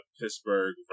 Pittsburgh